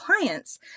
clients